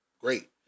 great